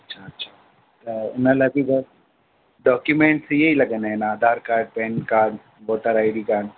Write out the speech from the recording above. अच्छा अच्छा त हिन लाइ बि त डॉक्यूमैंट्स इअं ई लॻंदा आहिनि Aadhaar card PAN card voter I D card